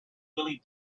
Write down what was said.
willy